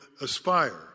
aspire